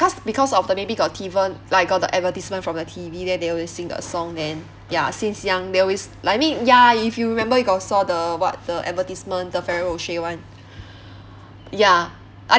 cause because of the maybe got even like got the advertisement from your T_V then they always sing the song then ya since young they always like I mean ya if you remember you got saw the what the advertisement the ferrero rocher one ya I